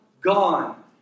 gone